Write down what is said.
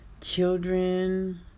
children